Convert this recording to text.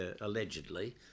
allegedly